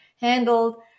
handled